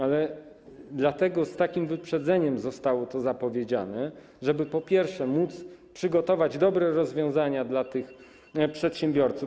Ale dlatego z takim wyprzedzeniem zostało to zapowiedziane, żeby po pierwsze, móc przygotować dobre rozwiązania dla tych przedsiębiorców.